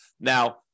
Now